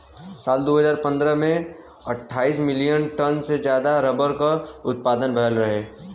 साल दू हज़ार सत्रह में अट्ठाईस मिलियन टन से जादा रबर क उत्पदान भयल रहे